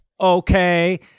Okay